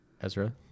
Ezra